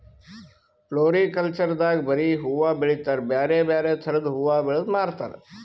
floriculture ದಾಗ್ ಬರಿ ಹೂವಾ ಬೆಳಿತಾರ್ ಬ್ಯಾರೆ ಬ್ಯಾರೆ ಥರದ್ ಹೂವಾ ಬೆಳದ್ ಮಾರ್ತಾರ್